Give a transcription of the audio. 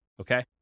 okay